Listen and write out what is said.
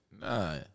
Nah